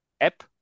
app